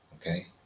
okay